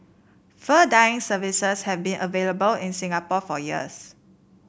fur dyeing services have been available in Singapore for years